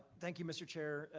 thank you, mr. chair,